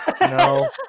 no